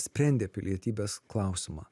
sprendė pilietybės klausimą